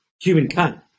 humankind